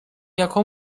jako